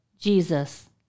Jesus